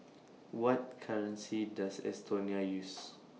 What currency Does Estonia use